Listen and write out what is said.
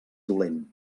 dolent